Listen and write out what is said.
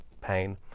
pain